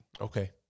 Okay